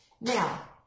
now